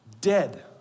dead